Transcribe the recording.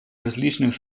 различных